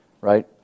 right